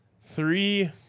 three